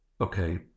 Okay